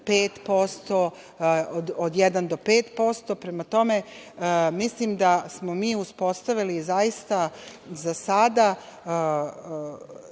išle od 1% do 5%.Prema tome, mislim da smo mi uspostavili zaista, za sada,